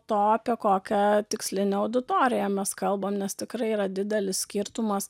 to apie kokią tikslinę auditoriją mes kalbam nes tikrai yra didelis skirtumas